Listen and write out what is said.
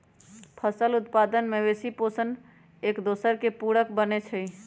फसल उत्पादन, मवेशि पोशण, एकदोसर के पुरक बनै छइ